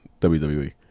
WWE